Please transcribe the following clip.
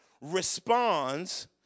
responds